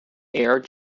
heir